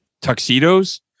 tuxedos